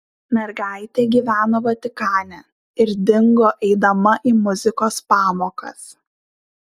mergaitė gyveno vatikane ir dingo eidama į muzikos pamokas